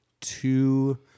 two